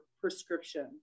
prescription